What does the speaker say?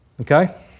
Okay